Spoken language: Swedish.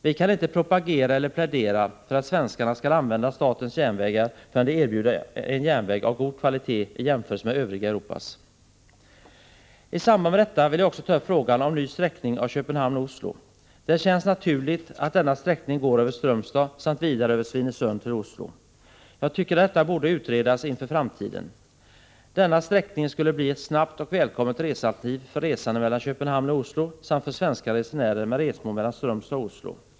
Vi kan inte propagera eller plädera för att svenskarna skall använda statens järnvägar förrän de erbjuds en järnväg av god kvalitet i jämförelse med övriga Europas. I samband med detta vill jag också ta upp frågan om ny sträckning av Köpenhamn-Oslo. Det känns naturligt att denna sträckning går över Strömstad samt vidare över Svinesund till Oslo. Jag tycker att detta borde utredas inför framtiden. Denna sträckning skulle bli ett snabbt och välkommet resealternativ för resande mellan Köpenhamn och Oslo samt för svenska resenärer med resmål mellan Strömstad och Oslo.